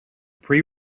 pre